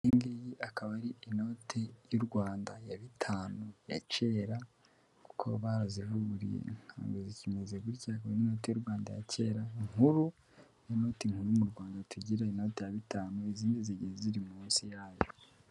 Iyi ngiyi akaba ari inote y'u Rwanda ya bitanu ya kera, kuko barazivuburuye ntabwo zikimeze gutya akaba ari inote y'u Rwanda ya kera nkuru ni yo noti nkuru mu Rwanda tugira, inote ya bitanu izindi zigiye ziri munsi yayo.